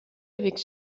avec